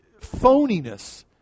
phoniness